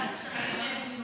ועדת הכספים.